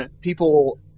people